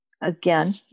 again